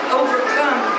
overcome